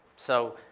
so